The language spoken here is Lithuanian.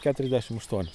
keturiasdešim aštuonius